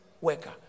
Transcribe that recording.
worker